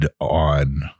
on –